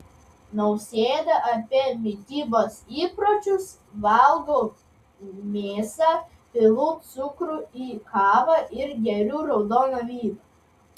nausėda apie mitybos įpročius valgau mėsą pilu cukrų į kavą ir geriu raudoną vyną